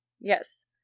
yes